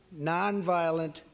nonviolent